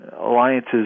alliances